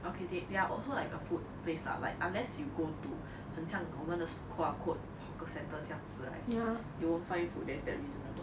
okay they there also like a food place lah like unless you go to 很像我们的 school ah 或 hawker centre 这样子 right you won't find food that is reasonable